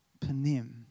panim